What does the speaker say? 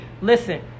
listen